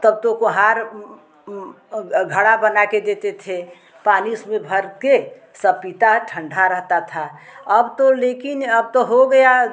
तब तो कोहार घड़ा बनाकर देते थे पानी उसमें भरकर सब पीते हैं ठंढा रहता था अब तो लेकिन अब तो हो गया